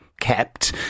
kept